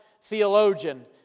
theologian